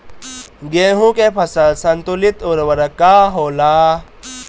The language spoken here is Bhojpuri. गेहूं के फसल संतुलित उर्वरक का होला?